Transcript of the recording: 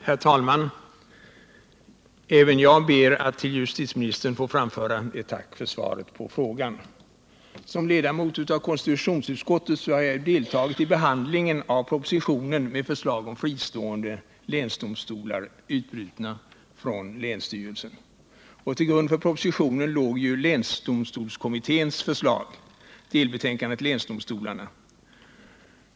Herr talman! Även jag ber att till justitieministern få framföra ett tack för svaret på frågan. Som ledamot av konstitutionsutskottet har jag deltagit i behandlingen av propositionen med förslag om fristående länsdomstolar, utbrutna från länsstyrelsen. Till grund för propositionen låg länsdomstolskommitténs förslag, delbetänkandet Länsdomstolarna.